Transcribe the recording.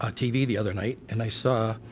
ah tv the other night and i saw